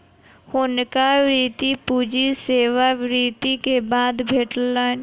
हुनका वृति पूंजी सेवा निवृति के बाद भेटलैन